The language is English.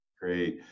Great